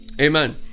Amen